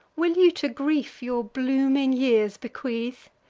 will you to grief your blooming years bequeath,